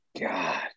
God